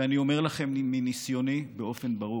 ואני אומר לכם מניסיוני באופן ברור: